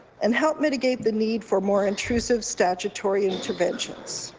and help mitigate the need for more intrusive statutory interventions.